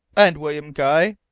and william guy?